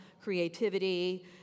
creativity